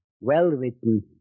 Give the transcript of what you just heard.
well-written